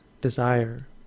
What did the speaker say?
desire